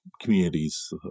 communities